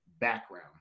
background